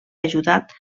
ajudat